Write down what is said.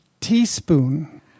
teaspoon